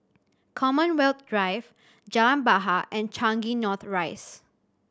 Commonwealth Drive Jalan Bahar and Changi North Rise